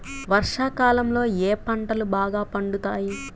వర్షాకాలంలో ఏ పంటలు బాగా పండుతాయి?